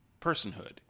personhood